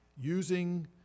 using